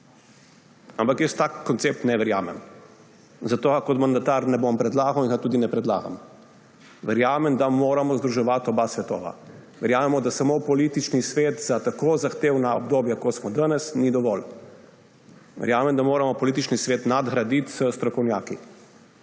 ampak jaz v tak koncept ne verjamem, zato ga kot mandatar ne bom predlagal in ga tudi ne predlagam. Verjamem, da moramo združevati oba svetova. Verjamemo, da samo politični svet za tako zahtevna obdobja, v katerih smo danes, ni dovolj. Verjamem, da moramo politični svet nadgraditi s strokovnjaki.